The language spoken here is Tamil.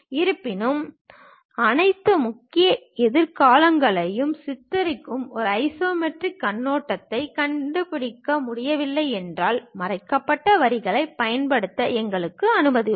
இருப்பினும் அனைத்து முக்கிய எதிர்காலங்களையும் சித்தரிக்கும் ஒரு ஐசோமெட்ரிக் கண்ணோட்டத்தைக் கண்டுபிடிக்க முடியவில்லை என்றால் மறைக்கப்பட்ட வரிகளைப் பயன்படுத்த எங்களுக்கு அனுமதி உண்டு